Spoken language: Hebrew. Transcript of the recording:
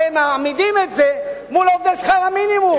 הרי מעמידים את זה מול עובדי שכר המינימום,